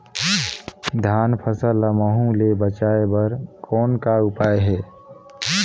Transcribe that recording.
धान फसल ल महू ले बचाय बर कौन का उपाय हे?